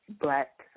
black